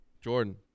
Jordan